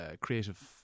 creative